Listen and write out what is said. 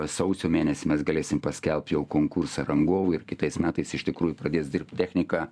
sausio mėnesį mes galėsim paskelbt jau konkursą rangovui ir kitais metais iš tikrųjų pradės dirbt technika